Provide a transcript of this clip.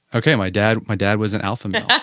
okay. my dad my dad wasn't alpha male,